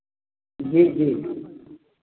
जी जी